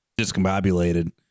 discombobulated